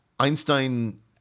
Einstein